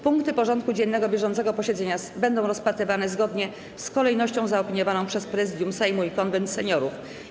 Punkty porządku dziennego bieżącego posiedzenia będą rozpatrywane zgodnie z kolejnością zaopiniowaną przez Prezydium Sejmu i Konwent Seniorów.